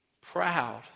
proud